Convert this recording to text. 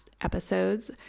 episodes